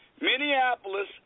Minneapolis